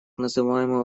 называемую